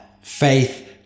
Faith